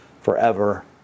forever